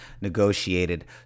negotiated